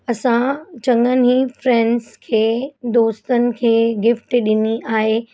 असां चङनि ई फ्रैंड्स खे दोस्तनि खे गिफ्ट ॾिनी आहे